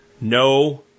no